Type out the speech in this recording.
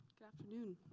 good afternoon.